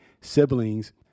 siblings